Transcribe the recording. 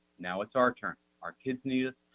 now it's our turn. our kids need us.